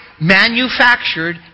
manufactured